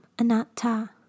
Anatta